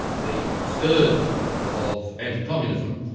the scourge of anti-communism,